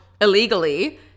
illegally